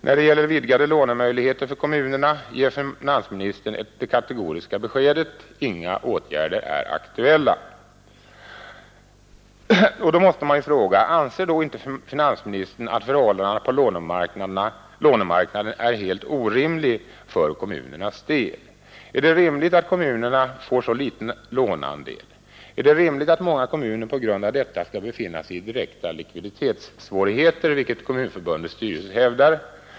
När det gäller vidgade lånemöjligheter för kommunerna ger finansministern det kategoriska beskedet: Inga åtgärder är aktuella. Då måste man fråga: Anser inte finansministern att förhållandena på lånemarknaden är helt orimliga för kommunernas del? Är det rimligt att kommunerna får så liten låneandel? Är det rimligt att många kommuner på grund av detta skall befinna sig i direkta likviditetssvårigheter, vilket Kommunförbundets styrelse hävdar?